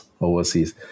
overseas